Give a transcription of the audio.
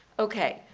okay,